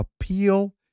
appeal